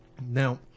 Now